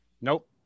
nope